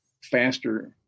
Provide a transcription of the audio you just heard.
faster